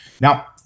Now